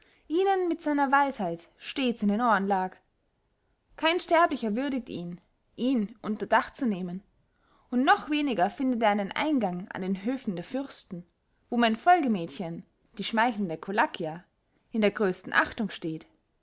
ihnen mit seiner weisheit stets in den ohren lag kein sterblicher würdigt ihn ihn unter dach zu nehmen und noch weniger findet er einen eingang an den höfen der fürsten wo mein folgemädchen die schmeichelnde kolakia in der grösten achtung steht